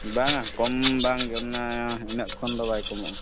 ᱵᱟᱝᱼᱟ ᱠᱚᱢ ᱵᱟᱝ ᱚᱱᱟ ᱤᱱᱟᱹᱜ ᱠᱷᱟᱱ ᱫᱚ ᱵᱟᱭ ᱠᱚᱢᱚᱜᱼᱟ